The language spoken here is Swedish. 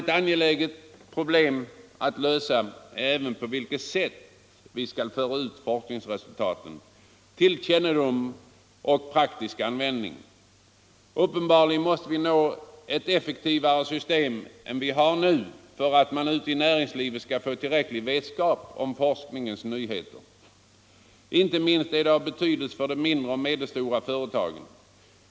Ett angeläget problem att lösa är även på vilket sätt vi skall föra ut forskningsresultaten till kännedom och praktisk användning. Uppenbarligen måste vi nå ett effektivare system än vi har nu för att man ute i näringslivet skall få tillräcklig vetskap om forskningens nyheter. Inte minst är detta av betydelse för de mindre och medelstora företagen.